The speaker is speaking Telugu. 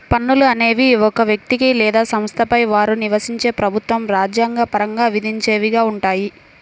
పన్నులు అనేవి ఒక వ్యక్తికి లేదా సంస్థలపై వారు నివసించే ప్రభుత్వం రాజ్యాంగ పరంగా విధించేవిగా ఉంటాయి